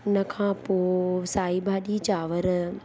इन खां पोइ साई भाॼी चांवर